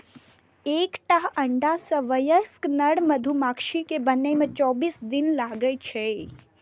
एकटा अंडा सं वयस्क नर मधुमाछी कें बनै मे चौबीस दिन लागै छै